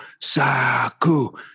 Saku